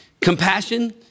Compassion